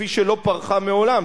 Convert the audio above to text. כפי שלא פרחה מעולם,